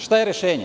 Šta je rešenje?